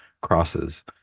crosses